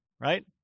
right